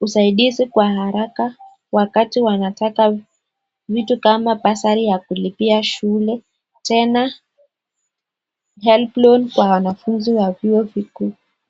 usaidizi kwa haraka wakati wanataka vitu kama bursary ya kulipia shule tena helb loan kwa wanafunzi wa vyuo vikuu.